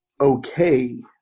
okay